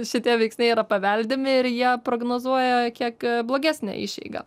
šitie veiksniai yra paveldimi ir jie prognozuoja kiek blogesnę išeigą